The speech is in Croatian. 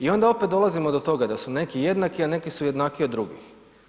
I onda opet dolazimo do toga da su neki jednaki a neki su jednakiji od drugih.